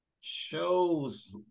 shows